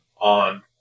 on